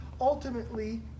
ultimately